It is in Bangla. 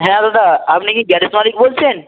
হ্যাঁ দাদা আপনি কি গ্যারেজ মালিক বলছেন